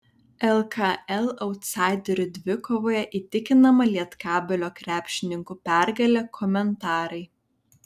lkl autsaiderių dvikovoje įtikinama lietkabelio krepšininkų pergalė komentarai